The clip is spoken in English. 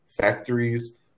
factories